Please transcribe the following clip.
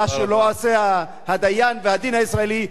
מה שלא עושה הדיין והדין הישראלי,